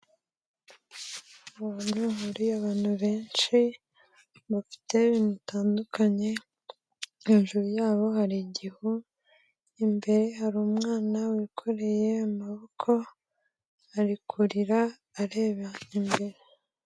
Bonye muri abantu benshi bafite ibintu bitandukanye. Hejuru yabo hari igihu, imbere hari umwana wikoreye amaboko ari kurira areba imbere.